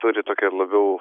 turi tokią labiau